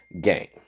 game